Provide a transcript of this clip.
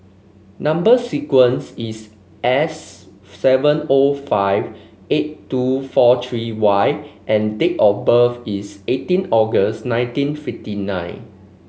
number sequence is S seven O five eight two four three Y and date of birth is eighteen August nineteen fifty nine